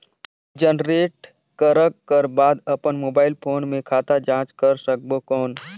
Generate करक कर बाद अपन मोबाइल फोन मे खाता जांच कर सकबो कौन?